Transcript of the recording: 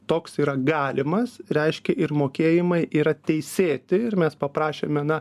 toks yra galimas reiškia ir mokėjimai yra teisėti ir mes paprašėme na